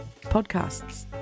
podcasts